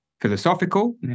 philosophical